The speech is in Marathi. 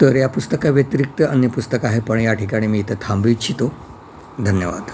तर या पुस्तका व्यतिरिक्त अन्य पुस्तक आहे पण या ठिकाणी मी इथं थांबू इच्छितो धन्यवाद